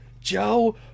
Joe